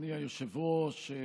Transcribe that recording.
אדוני היושב-ראש.